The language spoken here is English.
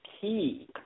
key